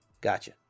gotcha